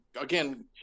Again